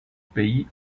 pays